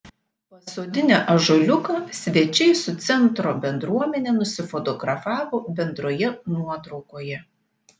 pasodinę ąžuoliuką svečiai su centro bendruomene nusifotografavo bendroje nuotraukoje